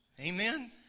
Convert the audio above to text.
Amen